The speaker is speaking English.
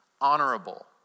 honorable